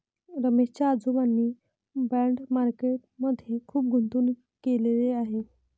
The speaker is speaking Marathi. रमेश च्या आजोबांनी बाँड मार्केट मध्ये खुप गुंतवणूक केलेले आहे